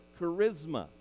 charisma